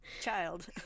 Child